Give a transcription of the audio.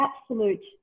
absolute